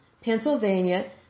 Pennsylvania